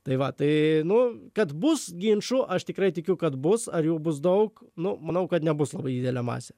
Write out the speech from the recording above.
tai va tai nu kad bus ginčų aš tikrai tikiu kad bus ar jų bus daug nu manau kad nebus labai didelė masė